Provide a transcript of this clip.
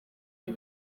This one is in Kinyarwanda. iyo